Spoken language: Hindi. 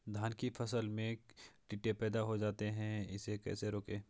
धान की फसल में टिड्डे पैदा हो जाते हैं इसे कैसे रोकें?